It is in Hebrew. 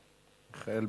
הכנסת אורי אריאל,